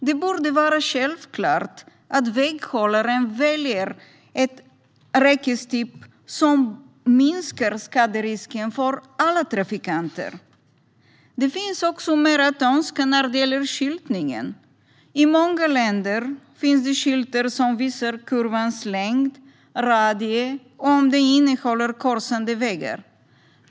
Det borde vara självklart att välja en räckestyp som minskar skaderisken för alla trafikanter. Det finns också mer att önska när det gäller skyltningen. I många länder finns skyltar som visar kurvans längd, radie och om det kommer korsande vägar.